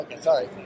sorry